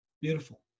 Beautiful